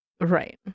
Right